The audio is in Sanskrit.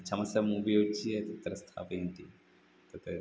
चमसम् उपयुज्य तत्र स्थापयन्ति तत्